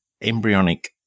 embryonic